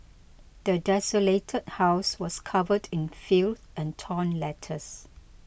the desolated house was covered in filth and torn letters